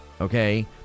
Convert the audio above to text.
okay